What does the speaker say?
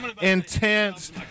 intense